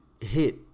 Hit